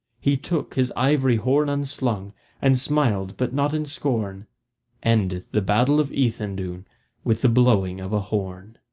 he took his ivory horn unslung and smiled, but not in scorn endeth the battle of ethandune with the blowing of a horn.